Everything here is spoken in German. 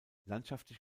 landschaftlich